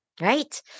Right